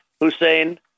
Hussein